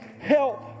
Help